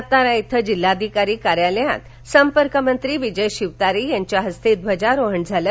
सातारा येथील जिल्हाधिकारी कार्यालयात संपर्कमंत्री विजय शिवतारे यांच्याहस्ते ध्वजारोहण झालं